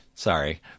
Sorry